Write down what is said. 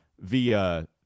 via